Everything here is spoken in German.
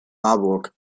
marburg